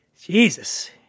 Jesus